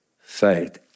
faith